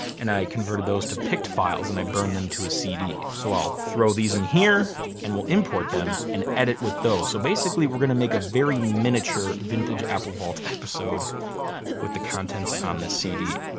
and i converted those to pict files and i burned them to a cd. so i'll throw these in here and we'll import them and edit with those. so basically we're gonna make a very miniature vintage apple vault episode with the contents on this cd.